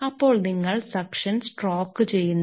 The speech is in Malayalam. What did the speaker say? അപ്പോൾ നിങ്ങൾ സക്ഷൻ സ്ട്രോക്ക് ചെയുന്നു